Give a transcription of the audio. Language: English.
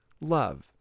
love